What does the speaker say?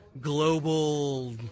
Global